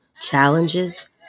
challenges